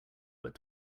but